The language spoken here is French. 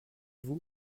vous